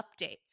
updates